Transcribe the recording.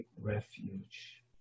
refuge